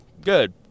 good